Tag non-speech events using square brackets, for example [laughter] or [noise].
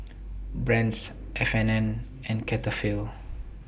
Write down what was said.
Brand's F and N and Cetaphil [noise]